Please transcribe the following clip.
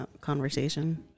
conversation